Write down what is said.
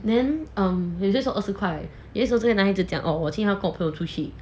then um 每天都二十块有一天听这男孩子讲哦我今天要跟我朋友出去